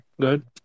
good